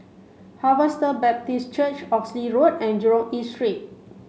Harvester Baptist Church Oxley Road and Jurong East Street